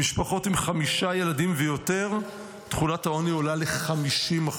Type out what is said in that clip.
במשפחות עם חמישה ילדים ויותר תחולת העוני עולה ל-50%.